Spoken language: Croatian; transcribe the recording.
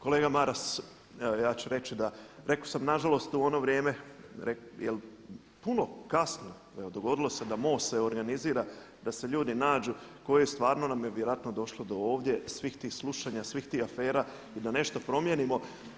Kolega Maras evo ja ću reći, rekao sam nažalost u ono vrijeme, puno kasno, evo dogodilo se da MOST se organizira, da se ljudi nađu koji stvarno nam je vjerojatno došlo do ovdje svih tih slušanja, svih tih afera i da nešto promijenimo.